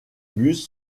bus